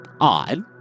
odd